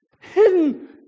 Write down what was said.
hidden